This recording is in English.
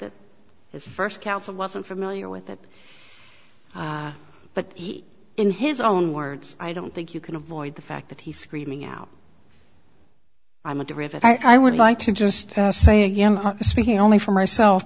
the first council wasn't familiar with it but he in his own words i don't think you can avoid the fact that he's screaming out i'm going to rivet i would like to just say again speaking only for myself